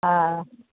हा